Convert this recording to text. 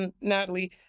Natalie